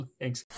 Thanks